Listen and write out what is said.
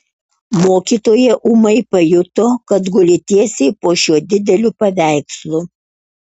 mokytoja ūmai pajuto kad guli tiesiai po šiuo dideliu paveikslu